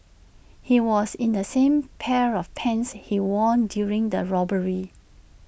he was in the same pair of pants he wore during the robbery